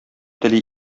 тели